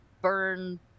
burn